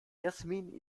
jasmin